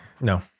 No